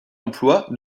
emplois